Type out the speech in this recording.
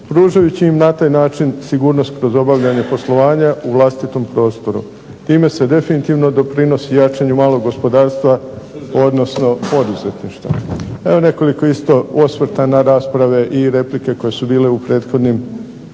pružajući im na taj način sigurnost kroz obavljanje poslovanja u vlastitom prostoru. Time se definitivno doprinosi jačanju malog gospodarstva, odnosno poduzetništva. Evo nekoliko isto osvrta na rasprave i replike koje su bile u prethodnim